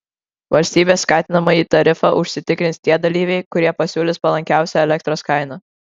valstybės skatinamąjį tarifą užsitikrins tie dalyviai kurie pasiūlys palankiausią elektros kainą